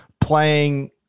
playing